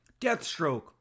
Deathstroke